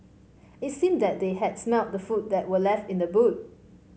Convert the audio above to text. it seemed that they had smelt the food that were left in the boot